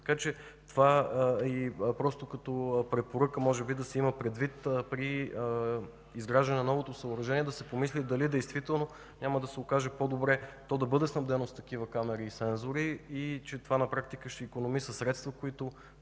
Това е просто като препоръка, може би да се има предвид, при изграждане на новото съоръжение да се помисли дали действително няма да се окаже по-добре то да бъде снабдено с такива камери и сензори и че това на практика ще икономиса средства, които